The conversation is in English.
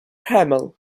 hamill